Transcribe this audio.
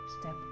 step